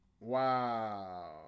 Wow